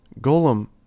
Golem